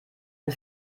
ein